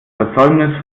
versäumnis